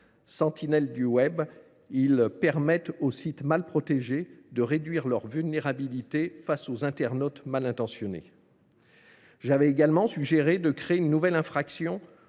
Sentinelles du web, ils permettent aux sites mal protégés de réduire leur vulnérabilité face à aux internautes mal intentionnés. J’avais également suggéré de créer une nouvelle infraction